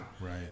Right